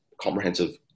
comprehensive